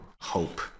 hope